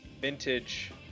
vintage